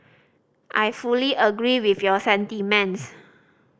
I fully agree with your sentiments